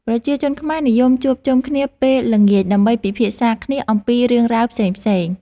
ប្រជាជនខ្មែរនិយមជួបជុំគ្នាពេលល្ងាចដើម្បីពិភាក្សាគ្នាអំពីរឿងរ៉ាវផ្សេងៗ។